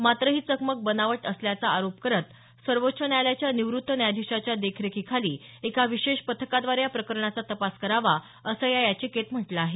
मात्र ही चकमक बनावट असल्याचा आरोप करत सर्वोच्च न्यायालयाच्या निवृत्त न्यायाधीशाच्या देखरेखीखाली एका विशेष पथकाद्वारे या प्रकरणाचा तपास करावा असं या याचिकेत म्हटलं आहे